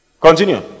Continue